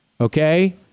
Okay